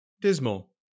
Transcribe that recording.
dismal